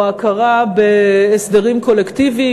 או הכרה בהסדרים קולקטיביים,